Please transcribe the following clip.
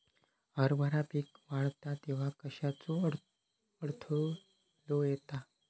हरभरा पीक वाढता तेव्हा कश्याचो अडथलो येता?